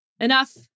enough